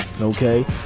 Okay